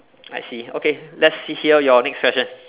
I see okay let's see here your next question